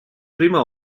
prima